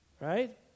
Right